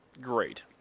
great